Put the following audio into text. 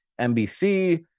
NBC